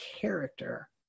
character